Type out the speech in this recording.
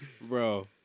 Bro